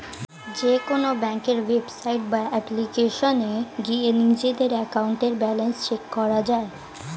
যেকোনো ব্যাংকের ওয়েবসাইট বা অ্যাপ্লিকেশনে গিয়ে নিজেদের অ্যাকাউন্টের ব্যালেন্স চেক করা যায়